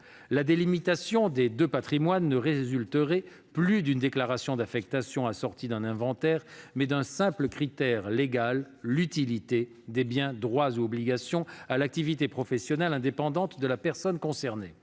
La délimitation des deux patrimoines résulterait non plus d'une déclaration d'affectation assortie d'un inventaire, mais d'un simple critère légal : l'utilité des biens, droits ou obligations pour l'activité professionnelle indépendante de la personne concernée.